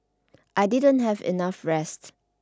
I didn't have enough rest